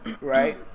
right